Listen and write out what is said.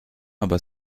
aber